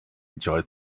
enjoy